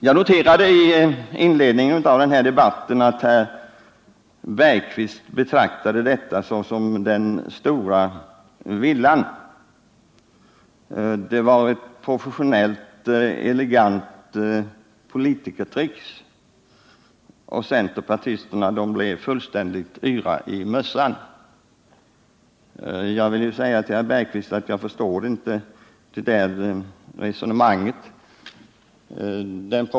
Jag noterade att Holger Bergqvist i inledningen av debatten betraktade detta såsom den stora villan. Det var ett professionellt elegant politikertrick, och centerpartisterna blev fullständigt yra i mössan, sade han. Jag förstår inte det resonemanget.